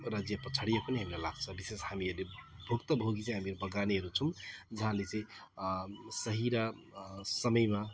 राज्य पछाडिए पनि हामीलाई लाग्छ विशेष हामीहरूले भुक्तभोगी चाहिँ हामीहरू बगानेहरू छौँ जहाँले चाहिँ सही र समयमा